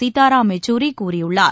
Sitaram யெச்சூரிகூறியுள்ளார்